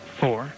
four